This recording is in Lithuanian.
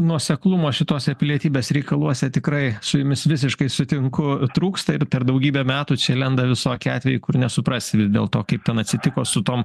nuoseklumo šituose pilietybės reikaluose tikrai su jumis visiškai sutinku trūksta ir per daugybę metų čia lenda visokie atvejai kur nesuprasi į dėl to kaip ten atsitiko su tom